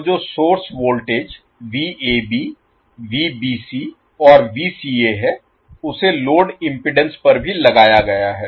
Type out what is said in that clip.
तो जो source voltage और है उसे लोड इम्पीडेन्स पर भी लगाया गया है